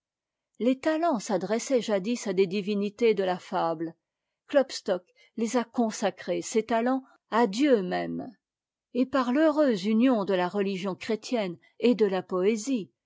les talents s'adressaient jadis à des divinités de la fable klopstock les a consacrés ces talents à dieu même et par l'heureuse union de la religion chrétienne et de la poésie